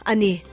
Ani